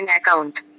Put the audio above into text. account